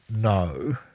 no